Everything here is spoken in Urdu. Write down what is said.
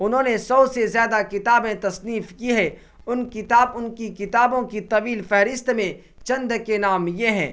انہوں نے سو سے زیادہ کتابیں تصنیف کی ہیں ان کتاب ان کی کتابوں کی طویل فہرست میں چند کے نام یہ ہیں